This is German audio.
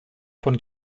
von